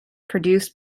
produced